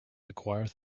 requires